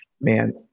man